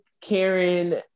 Karen